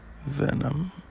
venom